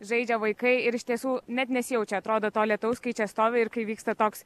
žaidžia vaikai ir iš tiesų net nesijaučia atrodo to lietaus kai čia stovi ir kai vyksta toks